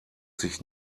sich